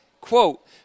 quote